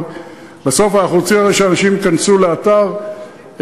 אבל בסוף אנחנו הרי רוצים שאנשים ייכנסו לאתר,